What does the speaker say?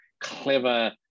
clever